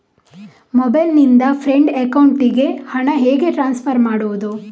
Mobile ನಿಂದ friend ಅಕೌಂಟಿಗೆ ಹಣ ಹೇಗೆ ಟ್ರಾನ್ಸ್ಫರ್ ಮಾಡುವುದು?